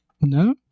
No